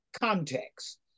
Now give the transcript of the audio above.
context